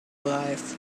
life